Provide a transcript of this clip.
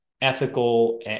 ethical